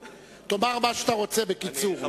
תאמר מה שאתה רוצה בקיצור.